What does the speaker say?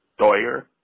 Doyer